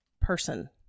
person